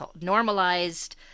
normalized